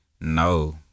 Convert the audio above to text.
No